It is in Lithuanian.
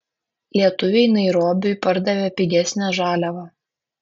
lietuviai nairobiui pardavė pigesnę žaliavą